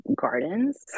gardens